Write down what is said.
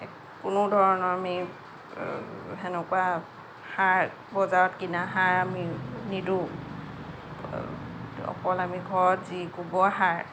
কোনো ধৰণৰ আমি সেনেকুৱা সাৰ বজাৰত কিনা সাৰ আমি নিদিওঁ অকল আমি ঘৰত যি গোবৰসাৰ